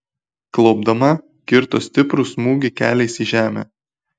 klaupdama kirto stiprų smūgį keliais į žemę